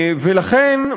ולכן,